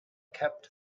kept